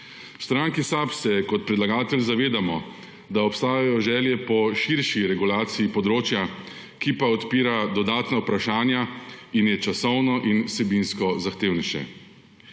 stranki SAB se kot predlagatelj zavedamo, da obstajajo želje po širši regulaciji področja, ki pa odpira dodana vprašanja in je časovno in vsebinsko zahtevnejše.